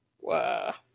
Wow